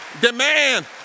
demand